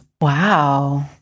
Wow